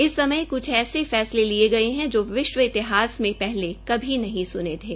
इस समय क्छ ऐसे फैसले लिये गए है जो विश्व इतिहास में पहले कभी नहीं सुने थे